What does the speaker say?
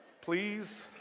Please